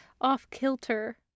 off-kilter